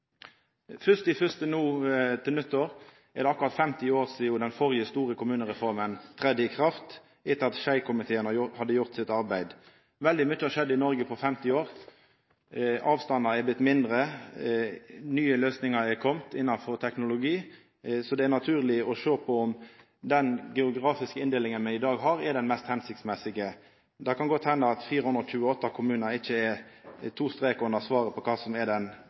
er det akkurat 50 år sidan den førre store kommunereforma tredde i kraft, etter at Skei-komiteen hadde gjort sitt arbeid. Veldig mykje har skjedd i Noreg på 50 år. Avstandane har blitt mindre, nye løysingar innanfor teknologi har kome, så det er naturleg å sjå på om den geografiske inndelinga me har i dag, er den mest hensiktsmessige. Det kan godt henda at 428 kommunar ikkje er svaret med to strekar under med omsyn til kva som er den